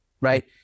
right